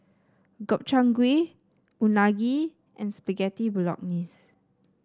Gobchang Gui Unagi and Spaghetti Bolognese